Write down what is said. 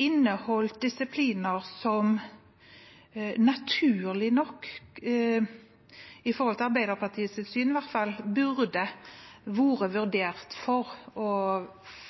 inneholdt disipliner som naturlig nok – etter Arbeiderpartiets syn, i hvert fall – burde vært vurdert for fremdeles å